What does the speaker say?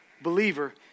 believer